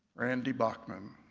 randy bachman.